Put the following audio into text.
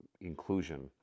inclusion